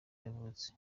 yavutse